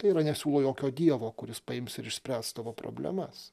tai yra nesiūlo jokio dievo kuris paims ir išspręs tavo problemas